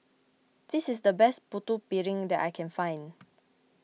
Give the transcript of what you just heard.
this is the best Putu Piring that I can find